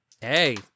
hey